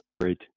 Great